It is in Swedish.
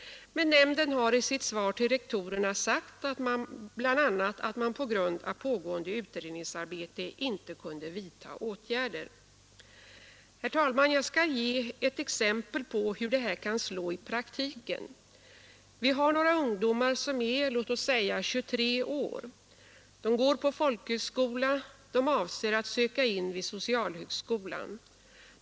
Nämnden har i sitt svar till rektorerna sagt bl.a. att man på grund av pågående utredningsarbete inte kunde vidta åtgärder. Herr talman! Jag skall ge ett exempel på hur det här kan slå i praktiken: Vi har några ungdomar som är låt oss säga 23 år. De går på folkhögskola. De avser att söka in vid socialhögskolan.